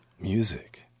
Music